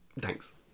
Thanks